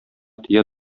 тия